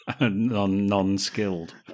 non-skilled